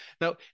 Now